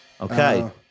Okay